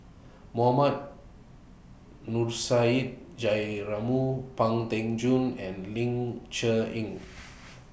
Mohammad Nurrasyid Juraimi Pang Teck Joon and Ling Cher Eng